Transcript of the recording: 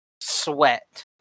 sweat